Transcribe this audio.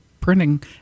printing